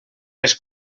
les